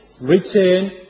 return